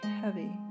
heavy